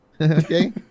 Okay